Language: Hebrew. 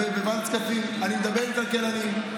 בוועדת כספים, אני מדבר עם כלכלנים.